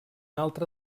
altre